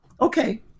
okay